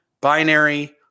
binary